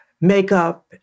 makeup